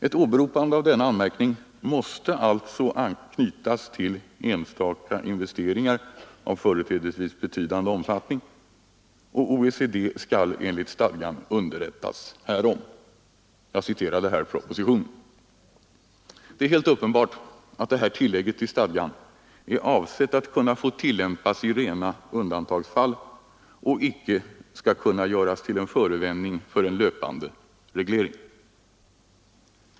Ett åberopande av denna anmärkning måste alltså knytas till enstaka investeringar av företrädesvis betydande omfattning, och OECD skall enligt stadgan underrättas härom, — Jag citerade här ur propositionen. Det är helt uppenbart att detta tillägg till stadgan är avsett att kunna tillämpas i rena undantagsfall och icke skall kunna göras till förevändning för en löpande reglering.